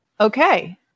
Okay